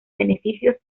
beneficios